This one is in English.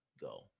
Go